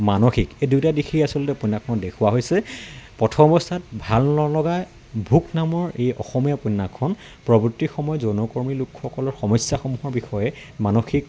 মানসিক এই দুয়োটা দিশেই আচলতে উপন্যাসখনত দেখুওৱা হৈছে প্ৰথম অৱস্থাত ভাল নলগা ভোক নামৰ এই অসমীয়া উপন্যাসখন পৰৱৰ্তী সময়ত যৌনকৰ্মী লোকসকলৰ সমস্যাসমূহৰ বিষয়ে মানসিক